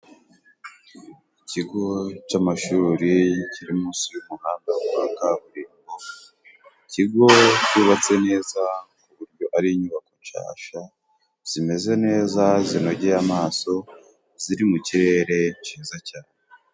Ikigo cy'amashuri kiri munsi y'umuhanda wa kaburimbo. Ikigo cyubatse neza kuko ari inyubako nshasha zimeze neza, zinogeye amaso ziri mu kirere ciza cyane.